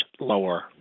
lower